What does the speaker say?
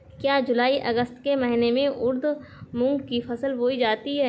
क्या जूलाई अगस्त के महीने में उर्द मूंग की फसल बोई जाती है?